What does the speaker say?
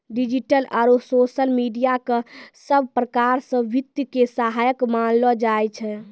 digital आरू social media क सब प्रकार स वित्त के सहायक मानलो जाय छै